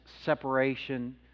separation